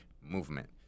movement